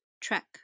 track